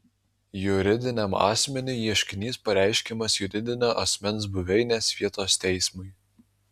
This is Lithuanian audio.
juridiniam asmeniui ieškinys pareiškiamas juridinio asmens buveinės vietos teismui